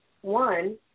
One